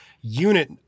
unit